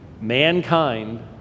Mankind